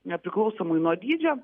nepriklausomai nuo dydžio